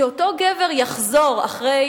שאותו גבר יחזור אחרי